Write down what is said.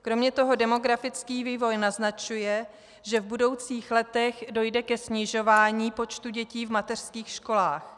Kromě toho demografický vývoj naznačuje, že v budoucích letech dojde ke snižování počtu dětí v mateřských školách.